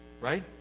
Right